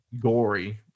gory